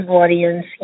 audience